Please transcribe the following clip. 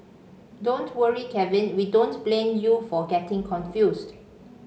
don't worry Kevin we don't blame you for getting confused